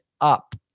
up